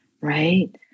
right